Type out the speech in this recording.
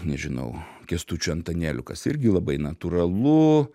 nežinau kęstučiu antanėliu kas irgi labai natūralu